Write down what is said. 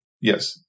Yes